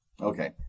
Okay